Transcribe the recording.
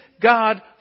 God